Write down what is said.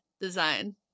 design